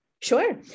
Sure